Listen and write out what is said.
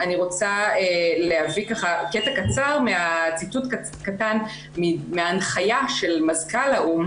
אני רוצה להביא ציטוט קטן מההנחיה של מזכ"ל האו"ם